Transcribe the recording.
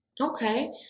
Okay